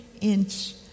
inch